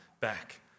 back